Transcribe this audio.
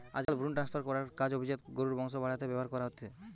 আজকাল ভ্রুন ট্রান্সফার করার কাজ অভিজাত গরুর বংশ বাড়াতে ব্যাভার হয়ঠে